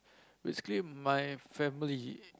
basically my family